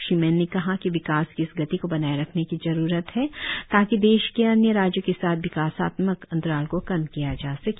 श्री मैन ने कहा कि विकास की इस गती को बनाए रखने की जरुरत है ताकि देश के अन्य राज्यों के साथ विकासात्मक अंतराल को कम किया जा सके